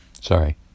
Sorry